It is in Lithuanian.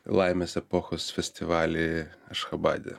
laimės epochos festivalį ašchabade